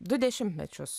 du dešimtmečius